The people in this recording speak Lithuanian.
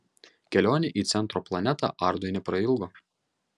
kelionė į centro planetą ardui neprailgo